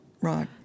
right